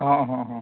ᱦᱮᱸ ᱦᱮᱸ ᱦᱮᱸ